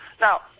Now